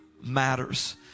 matters